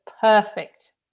perfect